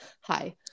hi